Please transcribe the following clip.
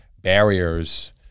barriers